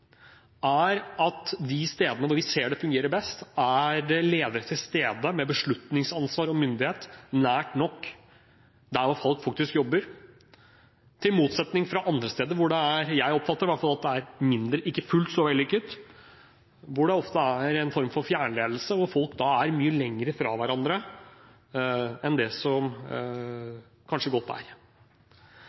at på de stedene hvor vi ser det fungerer best, er det ledere til stede med beslutningsansvar og myndighet nært nok, der hvor folk faktisk jobber – i motsetning til andre steder, hvor i hvert fall jeg oppfatter at det er ikke fullt så vellykket, hvor det ofte er en form for fjernledelse, hvor folk er mye lenger fra hverandre enn det som kanskje godt er.